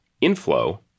inflow